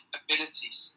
abilities